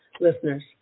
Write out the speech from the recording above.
listeners